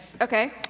Okay